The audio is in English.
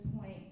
point